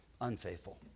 unfaithful